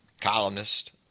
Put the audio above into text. columnist